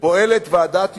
פועלת ועדת יישום,